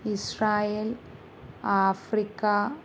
Israel Africa